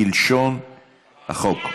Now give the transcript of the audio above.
כלשון הוועדה.